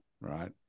right